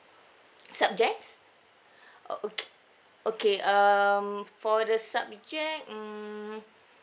subjects oh okay okay um for the subject mm